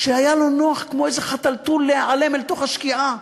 שהיה לו נוח כמו איזה חתלתול להיעלם אל תוך השקיעה.